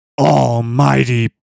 Almighty